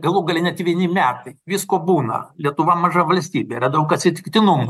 galų gale net vieni metai visko būna lietuva maža valstybė yra daug atsitiktinumų